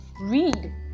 read